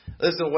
Listen